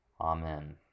Amen